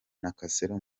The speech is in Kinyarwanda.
nakasero